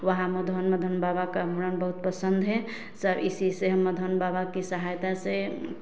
वहाँ माधवानन्द माधवानन्द बाबा का मुण्डन बहुत पसन्द है सब इसी से हम माधवानन्द बाबा की सहायता से